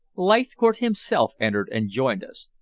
leithcourt himself entered and joined us.